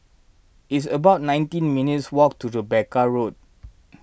it's about nineteen minutes' walk to Rebecca Road